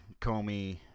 Comey